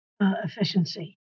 efficiency